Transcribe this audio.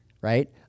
right